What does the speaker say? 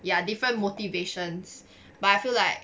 ya different motivations but I feel like